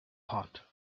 heart